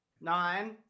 nine